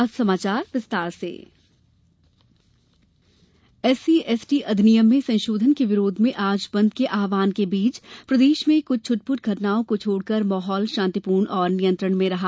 Bharat bandh SC ST अधिनियम में संशोधन के विरोध में आज बंद के आह्वान के बीच प्रदेश में कुछ छटपुट घटनाओं को छोड़कर शांतिपूर्वक और नियंत्रण में रहा